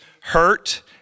hurt